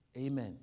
Amen